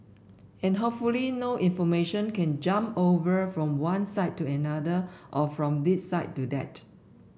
and hopefully no information can jump over from one side to another or from this side to that